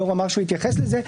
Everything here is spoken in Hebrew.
היושב-ראש אמר שהוא יתייחס לזה.